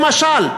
למשל,